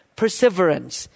perseverance